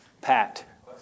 Pat